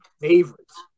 favorites